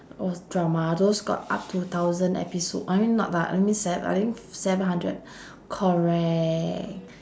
those drama those got up to thousand episode I mean thou~ I mean sev~ I think seven hundred correct